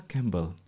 Campbell